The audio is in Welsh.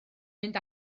mynd